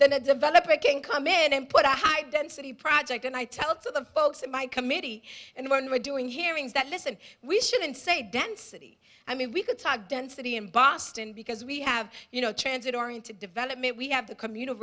the developer can come in and put a high density project and i tell to the folks in my committee and when we're doing hearings that listen we shouldn't say density i mean we could talk density in boston because we have you know transit oriented development we have the communal